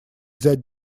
взять